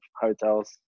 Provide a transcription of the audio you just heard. hotels